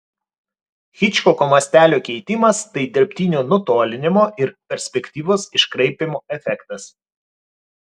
hičkoko mastelio keitimas tai dirbtinio nutolinimo ir perspektyvos iškraipymo efektas